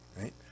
right